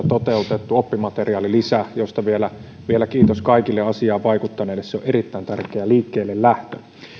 toteutettu oppimateriaalilisä josta vielä vielä kiitos kaikille asiaan vaikuttaneille se on erittäin tärkeä liikkeellelähtö